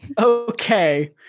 Okay